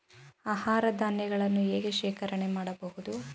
ಆಹಾರ ಧಾನ್ಯಗಳನ್ನು ಹೇಗೆ ಶೇಖರಣೆ ಮಾಡಬಹುದು?